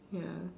ya